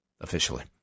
officially